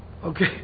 Okay